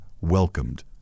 welcomed